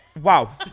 wow